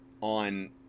on